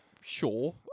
Sure